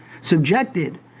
subjected